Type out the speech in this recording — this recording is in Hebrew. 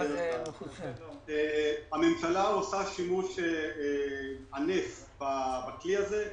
הממשלה עושה שימוש ענף בכלי הזה.